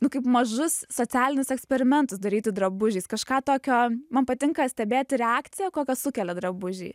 nu kaip mažus socialinius eksperimentus daryti drabužiais kažką tokio man patinka stebėti reakciją kokią sukelia drabužiai